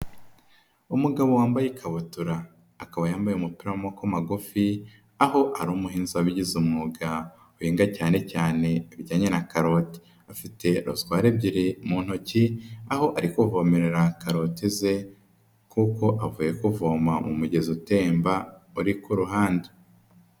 Umugabo wambaye ikabutura akaba yambaye umupira w'amaboko magufi aho ari umuhinzi wabigize umwuga uhinga cyanecyane ibijyanye na karoti afite rozwari ebyiri mu ntoki aho ari kuvomerera karote ze kuko avuye kuvoma mu mugezi utemba uri ku ruhande.